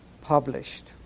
published